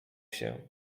się